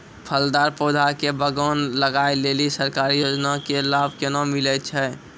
फलदार पौधा के बगान लगाय लेली सरकारी योजना के लाभ केना मिलै छै?